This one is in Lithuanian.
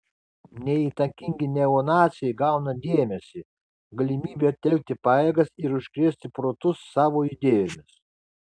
neįtakingi neonaciai gauna dėmesį galimybę telkti pajėgas ir užkrėsti protus savo idėjomis